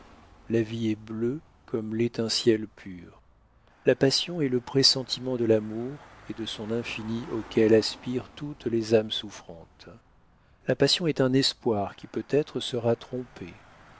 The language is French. la vie est bleue comme l'est un ciel pur la passion est le pressentiment de l'amour et de son infini auquel aspirent toutes les âmes souffrantes la passion est un espoir qui peut-être sera trompé